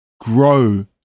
grow